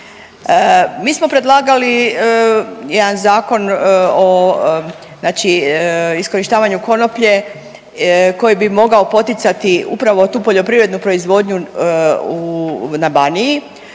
Mi smo predlagali jedan zakon o, znači iskorištavanju konoplje koji bi mogao poticati upravo tu poljoprivrednu proizvodnju na Baniji.